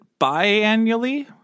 biannually